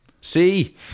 See